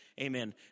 amen